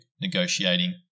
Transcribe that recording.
negotiating